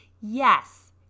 Yes